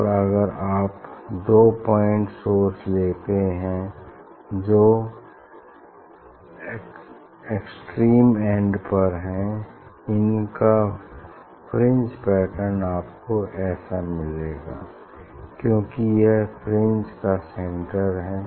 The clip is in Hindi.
और अगर आप दो पॉइंट सोर्स लेते है जो एक्सट्रीम एन्ड पर हैं इनका फ्रिंज पैटर्न आपको ऐसा मिलेगा क्यूंकि यह फ्रिंज का सेंटर है